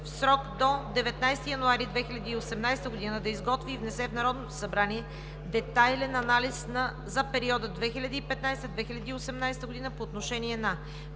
в срок до 19 януари 2018 г. да изготви и внесе в Народното събрание детайлен анализ за периода 2015 – 2018 г. по отношение на: